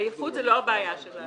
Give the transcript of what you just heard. עייפות זו לא הבעיה שלנו.